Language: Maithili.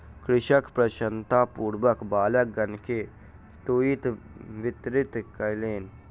कृषक प्रसन्नतापूर्वक बालकगण के तूईत वितरित कयलैन